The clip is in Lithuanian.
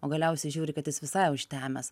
o galiausiai žiūri kad jis visai užtemęs